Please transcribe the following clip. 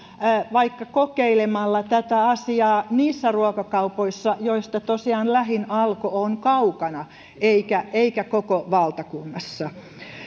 vaikka kokeilemalla tätä asiaa niissä ruokakaupoissa joista tosiaan lähin alko on kaukana eikä koko valtakunnassa